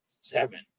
seven